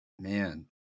Man